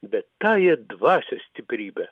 bet taja dvasios stiprybe